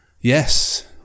Yes